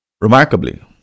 Remarkably